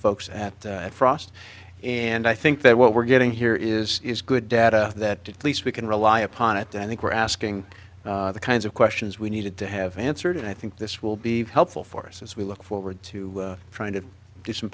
folks at frost and i think that what we're getting here is good data that least we can rely upon it i think we're asking the kinds of questions we needed to have answered and i think this will be helpful for us as we look forward to trying to get some